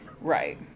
right